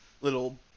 little